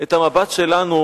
את המבט שלנו